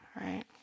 right